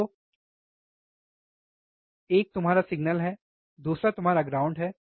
तो एक तुम्हारा सिग्नल है और दूसरा तुम्हारा ग्राउंड है